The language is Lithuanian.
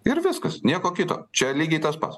ir viskas nieko kito čia lygiai tas pats